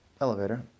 elevator